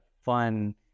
fun